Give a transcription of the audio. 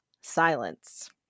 silence